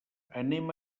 anem